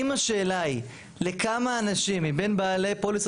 אם השאלה היא לכמה אנשים מבין בעלי פוליסות